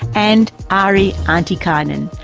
and ari antikainen,